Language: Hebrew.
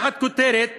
תחת הכותרת